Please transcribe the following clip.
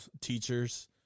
teachers